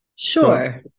Sure